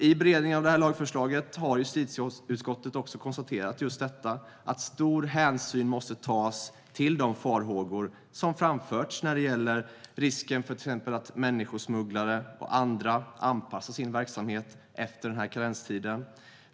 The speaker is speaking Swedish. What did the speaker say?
I beredningen av lagförslaget har justitieutskottet konstaterat att stor hänsyn måste tas till de farhågor som framförts när det gäller risken för att människosmugglare och andra anpassar sin verksamhet efter karenstiden.